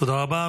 תודה רבה.